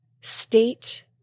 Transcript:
state